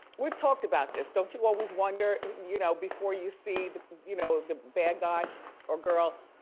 we've talked about this don't you always wonder you know before you see the you know the bad guy or girl,